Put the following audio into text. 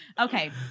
Okay